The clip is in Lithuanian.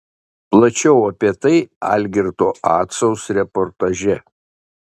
plačiau apie tai algirdo acaus reportaže